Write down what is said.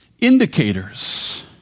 indicators